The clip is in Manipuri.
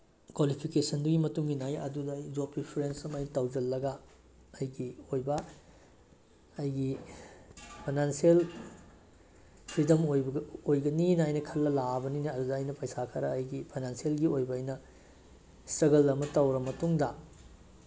ꯀ꯭ꯋꯥꯂꯤꯐꯤꯀꯦꯁꯟꯗꯨꯒꯤ ꯃꯇꯨꯡꯏꯟꯅ ꯑꯩ ꯑꯗꯨꯗ ꯑꯩ ꯖꯣꯕ ꯄ꯭ꯔꯤꯐꯔꯦꯟꯁ ꯑꯃ ꯑꯩ ꯇꯧꯁꯤꯜꯂꯒ ꯑꯩꯒꯤ ꯑꯣꯏꯕ ꯑꯩꯒꯤ ꯐꯥꯏꯅꯥꯟꯁꯦꯜ ꯐ꯭ꯔꯤꯗꯝ ꯑꯣꯏꯒꯅꯤꯅ ꯑꯩꯅ ꯈꯜꯂ ꯂꯥꯛꯑꯕꯅꯤꯅ ꯑꯗꯨꯗ ꯑꯩꯅ ꯄꯩꯁꯥ ꯈꯔ ꯑꯩꯒꯤ ꯐꯩꯅꯥꯟꯁꯦꯜꯒꯤ ꯑꯣꯏꯕ ꯑꯩꯅ ꯏꯁꯇ꯭ꯔꯒꯜ ꯑꯃ ꯇꯧꯔ ꯃꯇꯨꯡꯗ